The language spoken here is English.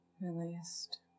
released